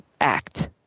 act